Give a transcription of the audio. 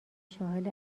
شاهد